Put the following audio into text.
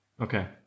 Okay